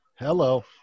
Hello